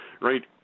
right